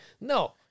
no